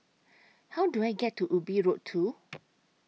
How Do I get to Ubi Road two